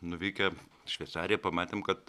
nuvykę šveicariją pamatėm kad